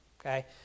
okay